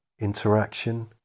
Interaction